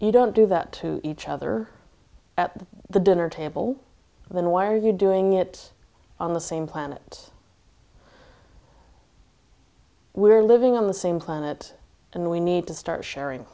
you don't do that to each other at the dinner table then why are you doing it on the same planet we're living on the same planet and we need to start sharing